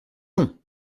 long